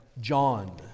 John